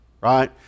Right